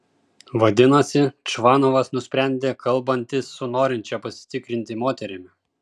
vadinasi čvanovas nusprendė kalbantis su norinčia pasitikrinti moterimi